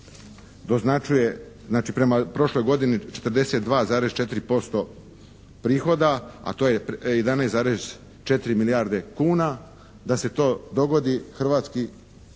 doznačuje, znači prema prošloj godini 42,4% prihoda, a to je 11,4 milijarde kuna, da se to dogodi hrvatski